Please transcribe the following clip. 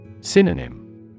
Synonym